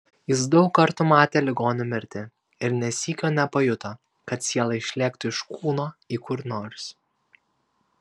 jis daug kartų matė ligonių mirtį ir nė sykio nepajuto kad siela išlėktų iš kūno į kur nors